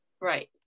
Right